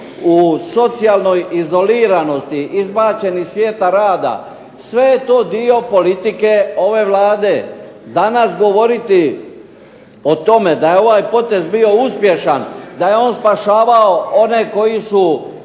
u socijalnoj izoliranosti izbačeni iz svijeta rada. Sve je to dio politike ove Vlade. Danas govoriti o tome da je ovaj potez bio uspješan, da je on spašavao one koji su